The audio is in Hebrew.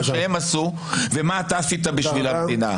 מה שהם עשו ומה אתה עשית בשביל המדינה.